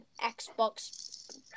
Xbox